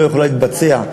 לא יכולה להתבצע,